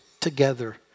together